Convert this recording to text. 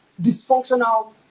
dysfunctional